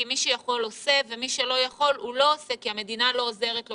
כי מי שיכול עושה ומי שלא יכול לא עושה כי המדינה לא עוזרת לו.